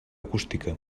acústica